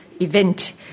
event